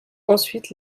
ensuite